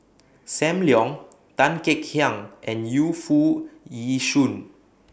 SAM Leong Tan Kek Hiang and Yu Foo Yee Shoon